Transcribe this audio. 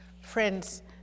Friends